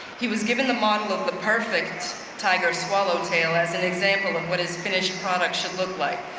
he was given the model of the perfect tiger swallowtail, as an example and what his finished product should look like.